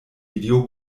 video